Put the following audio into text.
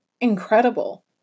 incredible